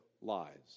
lies